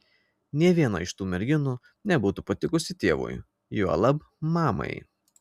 nė viena iš tų merginų nebūtų patikusi tėvui juolab mamai